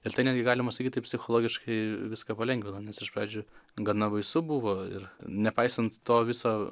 ir tai netgi galima sakyt taip psichologiškai viską palengvino nes iš pradžių gana baisu buvo ir nepaisant to viso